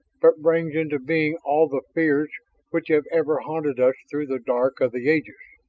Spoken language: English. but brings into being all the fears which have ever haunted us through the dark of the ages.